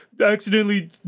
accidentally